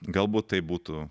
galbūt tai būtų